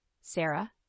Sarah